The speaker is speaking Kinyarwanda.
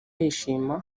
yishima